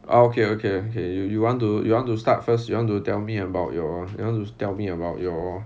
okay okay okay you you want to you want to start first you want to tell me about your you want to tell me about your